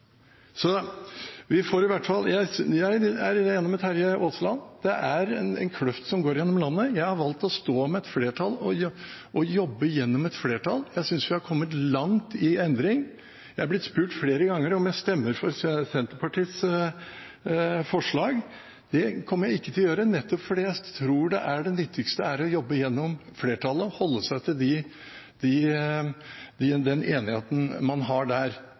Jeg er enig med Terje Aasland i at det er en kløft som går gjennom landet. Jeg har valgt å stå sammen med flertallet og jobbe gjennom dette flertallet. Jeg synes vi har kommet langt med hensyn til endring. Jeg har blitt spurt flere ganger om jeg stemmer for Senterpartiets forslag. Det kommer jeg ikke til å gjøre, nettopp fordi jeg tror det viktigste er å jobbe gjennom flertallet og holde seg til den enigheten man har der.